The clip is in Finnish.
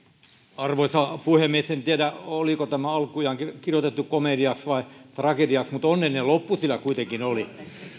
arvoisa puhemies en tiedä oliko tämä alkujaankin kirjoitettu komediaksi vai tragediaksi mutta onnellinen loppu sillä kuitenkin oli